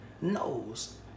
knows